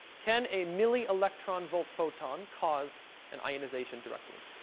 can a milli-electron-volt photon cause an ionization directly?